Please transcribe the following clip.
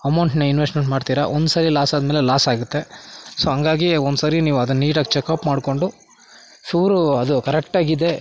ಅಮೌಂಟನ್ನ ಇನ್ವೆಸ್ಟ್ಮೆಂಟ್ ಮಾಡ್ತೀರ ಒಂದು ಸಾರಿ ಲಾಸ್ ಆದಮೇಲೆ ಲಾಸ್ ಆಗತ್ತೆ ಸೊ ಹಂಗಾಗಿ ಒಂದ್ಸರಿ ನೀವು ಅದನ್ನ ನೀಟಾಗಿ ಚೆಕಪ್ ಮಾಡಿಕೊಂಡು ಚೂರು ಅದು ಕರೆಕ್ಟಾಗಿದೆ